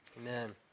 Amen